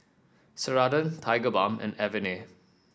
Ceradan Tigerbalm and Avene